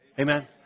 amen